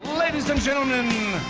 ladies and gentlemen,